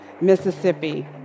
Mississippi